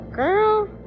Girl